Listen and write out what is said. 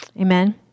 Amen